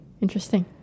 Interesting